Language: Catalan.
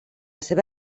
seva